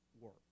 work